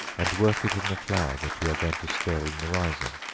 and work it in the flour that you are going to stir in the rising,